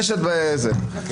רשת בתי קפה,